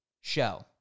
show